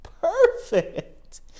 perfect